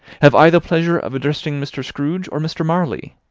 have i the pleasure of addressing mr. scrooge, or mr. marley?